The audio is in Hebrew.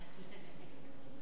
רשום.